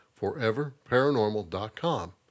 foreverparanormal.com